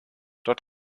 dort